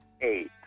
eight